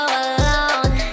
alone